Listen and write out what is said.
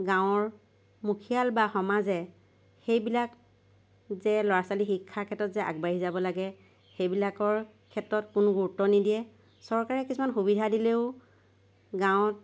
গাঁৱৰ মুখীয়াল বা সমাজে সেইবিলাক যে ল'ৰা ছোৱালী শিক্ষাৰ ক্ষেত্ৰত যে আগবাঢ়ি যাব লাগে সেইবিলাকৰ ক্ষেত্ৰত কোনো গুৰুত্ব নিদিয়ে চৰকাৰে কিছুমান সুবিধা দিলেও গাঁৱত